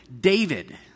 David